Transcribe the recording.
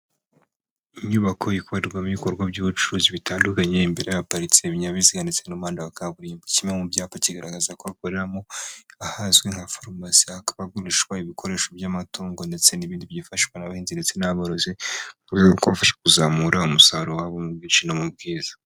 Inyubako ikorerwamo ibikorwa by'ubucuruzi bitandukanye, imbere haparitse ibinyabiziga ndetse n'impande hakaba hamanitse kimwe mu byapa kigaragaza ko bakorera ahazwi nka Farumasi, hakaba hagurishwa ibikoresho by'amatungo ndetse n'ibindi byifashishwa n'abahinzi ndetse n'aborozi kubafasha kuzamura umusaruro wabo mu biciro no mu bwiza.